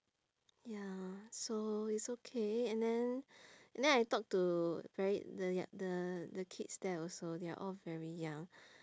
ya so it's okay and then and then I talk to very the you~ the the kids there also they are all very young